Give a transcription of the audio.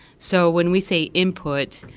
so when we say input,